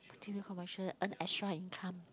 T_V commercial earn extra income